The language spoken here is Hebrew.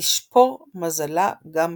תשפור מזלה גם עליהם.